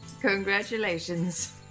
Congratulations